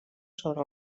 sobre